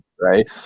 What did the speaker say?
right